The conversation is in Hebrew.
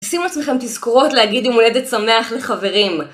שימו לעצמכם תזכורות להגיד יום הולדת שמח לחברים